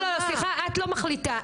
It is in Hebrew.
סליחה, את לא מחליטה.